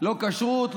לא כשרות,